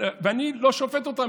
ואני לא שופט אותם,